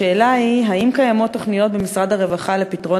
השאלה היא: האם קיימות תוכניות במשרד הרווחה לפתרון